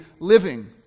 living